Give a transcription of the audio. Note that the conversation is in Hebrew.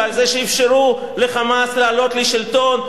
ועל זה שאפשרו ל"חמאס" לעלות לשלטון.